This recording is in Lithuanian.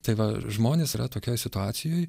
tai va žmonės yra tokioj situacijoj